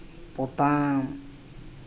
ᱯᱚᱛᱟᱢ